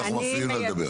אנחנו מפריעים לה לדבר.